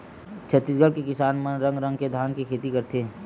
छत्तीसगढ़ के किसान मन रंग रंग के धान के खेती करथे